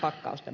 akkausten